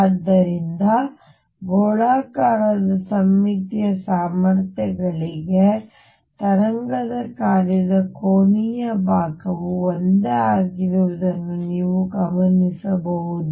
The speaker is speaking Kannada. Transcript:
ಆದ್ದರಿಂದ ಗೋಳಾಕಾರದ ಸಮ್ಮಿತೀಯ ಸಾಮರ್ಥ್ಯಗಳಿಗಾಗಿ ತರಂಗ ಕಾರ್ಯದ ಕೋನೀಯ ಭಾಗವು ಒಂದೇ ಆಗಿರುವುದನ್ನು ನೀವು ಗಮನಿಸಬಹುದು